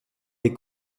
des